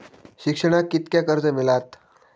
शिक्षणाक कीतक्या कर्ज मिलात?